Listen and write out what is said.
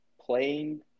playing